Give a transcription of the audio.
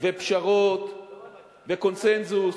ופשרות וקונסנזוס,